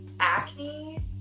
acne